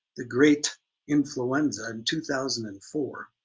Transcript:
the great influenza, in two thousand and four,